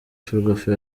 ferwafa